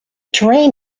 terrain